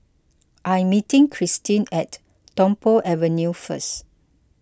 I'm meeting Kristine at Tung Po Avenue first